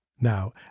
now